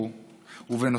ניקיון ועוד רבים וטובים.